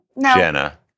Jenna